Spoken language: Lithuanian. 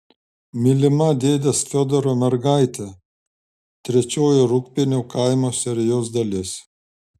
mylima dėdės fiodoro mergaitė trečioji rūgpienių kaimo serijos dalis